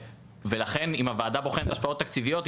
ולכן אם הוועדה בוחנת השפעות תקציביות,